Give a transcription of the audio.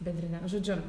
bendrine žodžiu